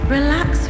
Relax